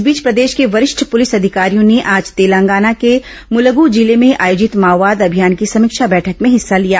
इस बीच प्रदेश के वरिष्ठ पुलिस अधिकारियों ने आज तेलंगाना के मुलगू जिले में आयोजित माओवाद अभियान की समीक्षा बैठक में हिस्सा लिया